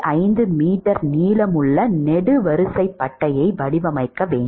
5 metre நீளமுள்ள நெடுவரிசைப் பட்டையை வடிவமைக்க வேண்டும்